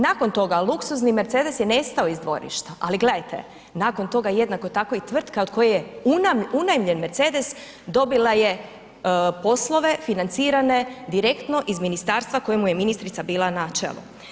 Nakon toga luksuzni Mercedes je nestao iz dvorišta, ali gledajte nakon toga jednako tako i tvrtka od koje je unajmljen Mercedes dobila je poslove financirane direktno iz ministarstva kojemu je ministrica bila na čelu.